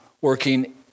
working